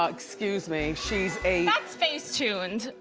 ah excuse me, she's a that's face tuned.